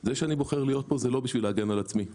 זה שאני בוחר להיות כאן, זה לא כדי להגן על עצמי.